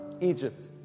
Egypt